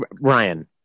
Ryan